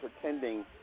pretending